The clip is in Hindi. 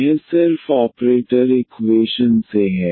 यह सिर्फ ऑपरेटर इक्वेशन से है